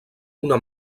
una